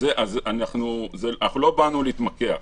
לא באנו להתמקח.